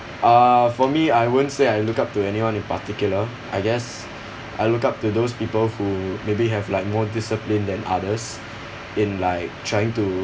uh for me I wouldn't say I look up to anyone in particular I guess I look up to those people who maybe have like more discipline than others in like trying to